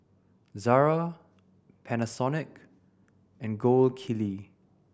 Zara Panasonic and Gold Kili